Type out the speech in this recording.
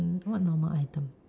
mm what normal item